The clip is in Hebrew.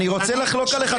אני רוצה לחלוק עליך.